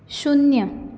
शुन्य